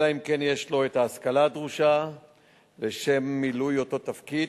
אלא אם כן יש לו את ההשכלה הדרושה לשם מילוי אותו תפקיד,